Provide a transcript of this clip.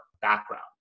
background